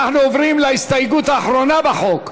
אנחנו עוברים להסתייגות האחרונה בחוק,